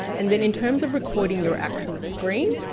and then in terms of recording your actual screen,